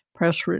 press